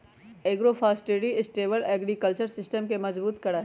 agroforestry sustainable agriculture system के मजबूत करा हई